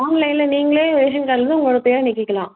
ஆன்லைனில் நீங்களே உங்களோட பேரை நீக்கிக்கலாம்